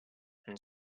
and